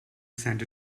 sent